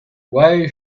why